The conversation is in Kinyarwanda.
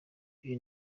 ibi